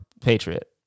Patriot